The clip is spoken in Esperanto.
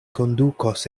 kondukos